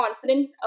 confident